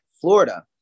Florida